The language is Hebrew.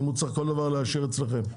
אם כל דבר הוא צריך לאשר אצלכם.